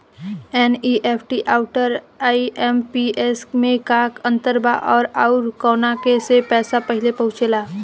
NEFT आउर IMPS मे का अंतर बा और आउर कौना से पैसा पहिले पहुंचेला?